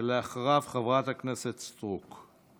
אחריו, חברת הכנסת סטרוק.